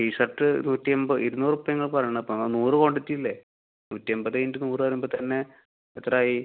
tea shirt നൂറ്റിയന്പത് ഇരുന്നൂറ് റുപ്പയാ നിങ്ങൾ പറയണത് അപ്പം ആ നൂറ് ക്വാണ്ടിറ്റിയില്ലേ നൂറ്റിയന്പത് ഇൻറ്റു നൂറ് വരുമ്പോൾ തന്നെ എത്രയായി